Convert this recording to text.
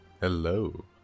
Hello